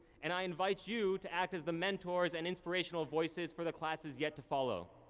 and i invite you to act as the mentors and inspirational voices for the classes yet to follow.